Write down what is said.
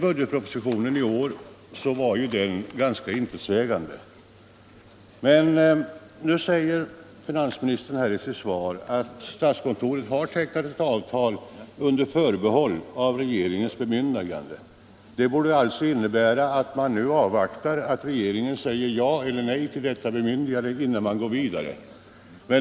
Budgetpropositionen i år är ganska intetsägande på den här punkten, men nu säger finansministern i sitt svar att statskontoret har tecknat avtal under förbehåll av regeringens bemyndigande. Det torde alltså innebära att man nu avvaktar att regeringen säger ja eller nej till denna framställning innan man går vidare.